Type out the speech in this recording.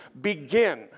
begin